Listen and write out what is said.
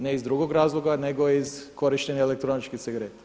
Ne iz drugog razloga nego iz korištenja elektroničkih cigareta.